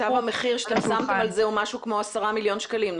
תו המחיר שאתם שמתם על זה הוא משהו כמו 10 מיליון שקלים,